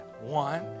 one